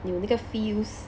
你有那个 feels